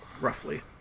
roughly